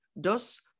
Dos